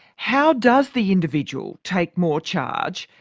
how does the individual take more charge,